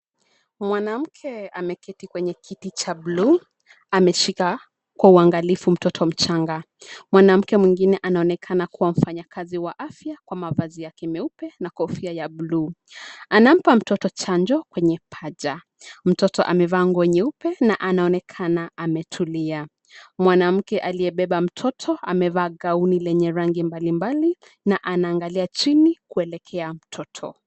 Mwanamke ameketi kwenye kiti cha bluu, ameshika kwa uangalifu mtoto mchanga. Mwanamke mwingine anaonekana kuwa mfanyakazi wa afya, kwa mavazi yake meupe, na kofia ya bluu. Anampa mtoto chanjo kwenye paja. Mtoto amevaa nguo nyeupe, na anaonekana ametulia. Mwanamke aliyebeba mtoto, amevaa gauni lenye rangi mbalimbali, na anaangalia chini, kuelekea mtoto.